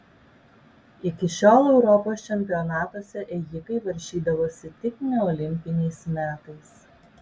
iki šiol europos čempionatuose ėjikai varžydavosi tik neolimpiniais metais